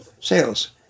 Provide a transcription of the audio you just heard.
sales